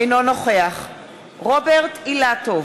אינו נוכח רוברט אילטוב,